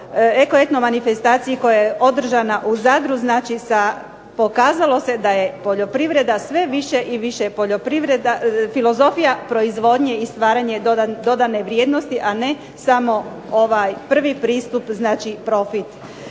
"Eko-etno" manifestaciji koja je održana u Zadru. Pokazalo se da je poljoprivreda sve više i više filozofija proizvodnje i stvaranje dodane vrijednosti, a ne samo ovaj prvi pristup znači profit.